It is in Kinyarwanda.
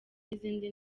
n’izindi